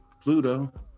Pluto